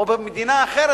או במדינה אחרת,